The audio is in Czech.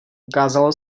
ukázalo